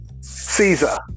Caesar